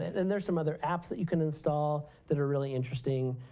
and there's some other apps that you can install that are really interesting